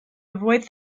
avoid